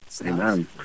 Amen